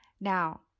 Now